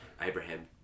Abraham